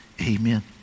amen